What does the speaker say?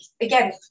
Again